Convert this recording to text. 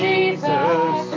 Jesus